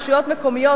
רשויות מקומיות,